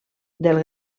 del